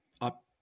up